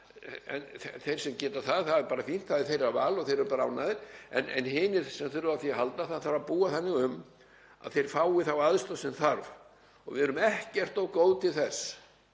Þeir sem geta það, það er bara fínt, það er þeirra val og þeir eru bara ánægðir, en um hina sem þurfa á því að halda þarf að búa þannig um að þeir fái þá aðstoð sem þarf. Við erum ekkert of góð til þess